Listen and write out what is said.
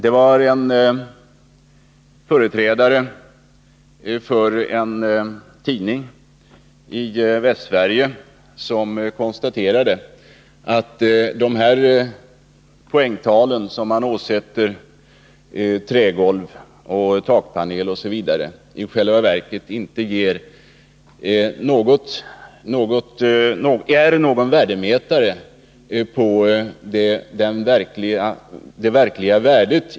En företrädare för en tidning i Västsverige konstaterade att de poängtal som åsätts trägolv, takpanel m.m. i själva verket inte är någon mätare av ett boendes verkliga värde.